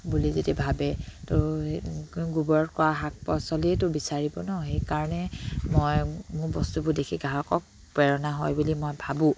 বুলি যদি ভাবে তো গোবৰত কৰা শাক পাচলিয়েতো বিচাৰিব ন সেইকাৰণে মই মোৰ বস্তুবোৰ দেখি গ্ৰাহকক প্ৰেৰণা হয় বুলি মই ভাবোঁ